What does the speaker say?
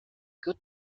good